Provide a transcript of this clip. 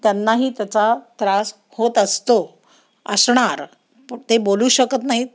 त्यांनाही त्याचा त्रास होत असतो असणार ते बोलू शकत नाहीत